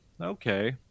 okay